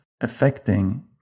affecting